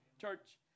church